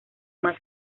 más